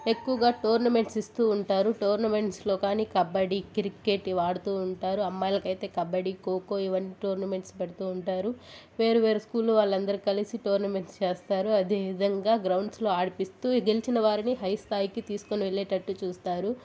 ఎక్కువుగా టోర్నమెంట్స్ ఇస్తూ ఉంటారు టోర్నమెంట్స్లో కాని కబడ్డీ కిర్కెట్ ఇవ్వాడుతూ ఉంటారు అమ్మాయిలకైతే కబడ్డి ఖోఖో ఇవన్నీ టోర్నమెంట్స్ పెడుతూ ఉంటారు వేరు వేరు స్కూల్ వాళ్లందరూ కలిసి టోర్నమెంట్స్ చేస్తారు అదే విధంగా గ్రౌండ్స్లో ఆడిపిస్తూ గెలిచిన వారిని హై స్థాయికి తీసుకొని వెళ్లేటట్టు చూస్తారు